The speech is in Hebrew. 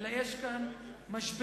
אלא יש כאן משבר